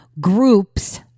groups